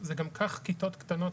זה גם כך כיתות קטנות.